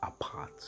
apart